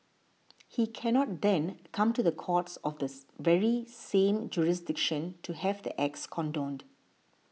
he cannot then come to the courts of the very same jurisdiction to have the acts condoned